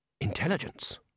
intelligence